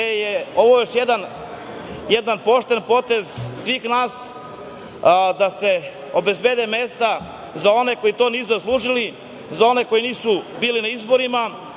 ovo još jedan pošten potez svih nas da se obezbede mesta za one koji to nisu zaslužili, za one koji nisu bili na izborima,